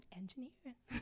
engineering